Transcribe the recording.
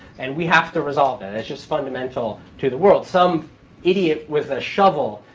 and we have to resolve that. that's just fundamental to the world. some idiot with a shovel,